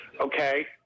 Okay